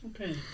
Okay